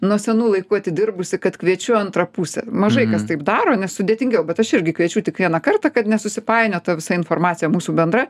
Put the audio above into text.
nuo senų laikų atidirbusi kad kviečiu antrą pusę mažai kas taip daro nes sudėtingiau bet aš irgi kviečiu tik vieną kartą kad nesusipainiotų ta visa informacija mūsų bendra